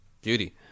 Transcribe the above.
Beauty